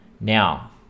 Now